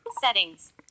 Settings